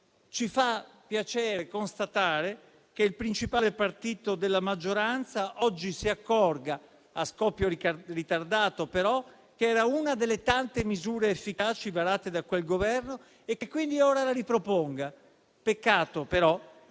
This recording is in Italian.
ci fa piacere constatare che il principale partito della maggioranza oggi si accorga, a scoppio ritardato però, che era una delle tante misure efficaci varate da quel Governo, e che quindi ora la riproponga. Peccato però